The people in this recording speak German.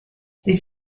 sie